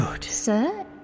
Sir